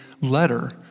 letter